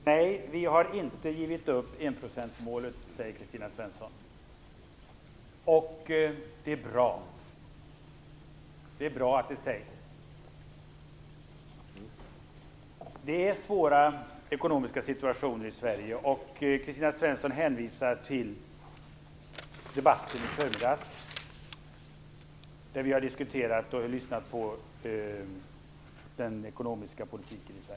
Nej, vi har inte givit upp enprocentsmålet, säger Kristina Svensson. Det är bra att det sägs. Det är en svår ekonomisk situation i Sverige, och Kristina Svensson hänvisar till den debatt vi lyssnade på i förmiddags om den ekonomiska politiken i Sverige.